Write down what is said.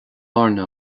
airne